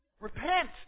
Repent